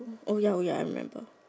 oh ya oh ya I remember